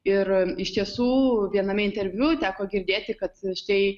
ir iš tiesų viename interviu teko girdėti kad štai